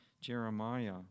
Jeremiah